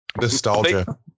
nostalgia